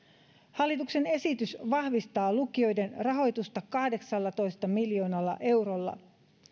hallituksen esitys vahvistaa lukioiden rahoitusta kahdeksallatoista miljoonalla eurolla